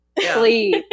Please